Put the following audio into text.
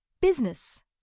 business